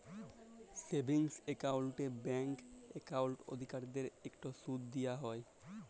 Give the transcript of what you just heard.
savings একাউল্টে bank account অধিকারীদেরকে ইকট সুদ দিয়া হ্যয়